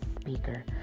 Speaker